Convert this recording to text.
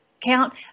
count